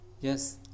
Yes